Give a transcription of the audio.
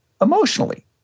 emotionally